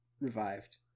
revived